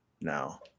now